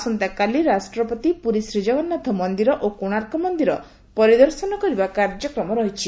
ଆସନ୍ତାକାଲି ରାଷ୍ଟ୍ରପତି ପୁରୀ ଶ୍ରୀଜଗନ୍ନାଥ ମନ୍ଦିର ଓ କୋଶାର୍କ ମନ୍ଦିର ପରିଦର୍ଶନ କରିବା କାର୍ଯ୍ୟକ୍ରମ ରହିଛି